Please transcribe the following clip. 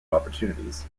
opportunities